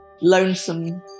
lonesome